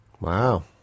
Wow